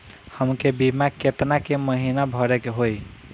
हमके बीमा केतना के महीना भरे के होई?